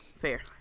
Fair